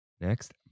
next